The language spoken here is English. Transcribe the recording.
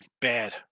Bad